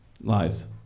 lies